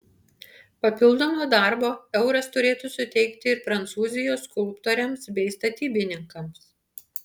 papildomo darbo euras turėtų suteikti ir prancūzijos skulptoriams bei statybininkams